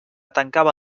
tancava